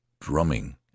drumming